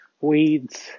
Weeds